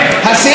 עדיין,